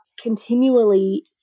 continually